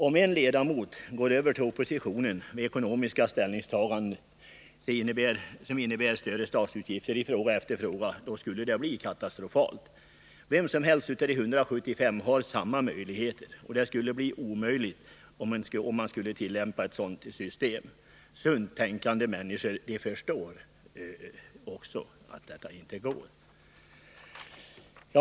Om en ledamot går över till oppositionen i ekonomiska ställningstaganden som innebär större statsutgifter i fråga efter fråga skulle det bli katastrofalt. Vem som helst av de 175 kan göra det, och det hela skulle bli omöjligt om man tillämpade ett sådant system. Sunt tänkande människor förstår att detta inte går.